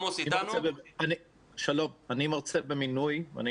אני מרצה במינוי בבית הספר למשפטים במכללה האקדמית ספיר.